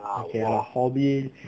okay lah hobby